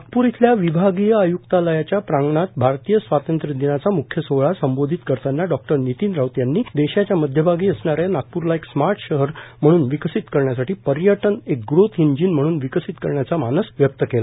नागप्र येथील विभागीय आयक्तालयाच्या प्रांगणात भारतीय स्वातंत्र्य दिनाचा म्ख्य सोहळा संबोधित करताना डॉक्टर नितीन राऊत यांनी देशाच्या मध्यभागी असणाऱ्या नागपूरला एक स्मार्ट शहर म्हणून विकसित करण्यासाठी पर्यटन एक ग्रोथ इंजिन म्हणून विकसित करण्याचा मानस व्यक्त केला